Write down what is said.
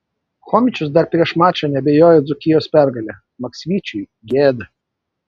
chomičius dar prieš mačą neabejojo dzūkijos pergale maksvyčiui gėda